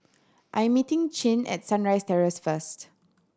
I am meeting Chin at Sunrise Terrace first